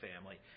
family